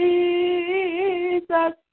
Jesus